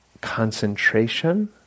concentration